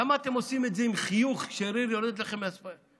למה אתם עושים את זה עם חיוך כשריר יורד לכם מהשפתיים?